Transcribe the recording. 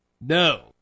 No